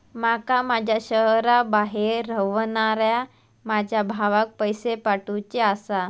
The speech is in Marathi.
माका माझ्या शहराबाहेर रव्हनाऱ्या माझ्या भावाक पैसे पाठवुचे आसा